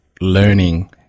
learning